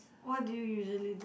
what do you usually do